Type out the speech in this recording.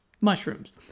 mushrooms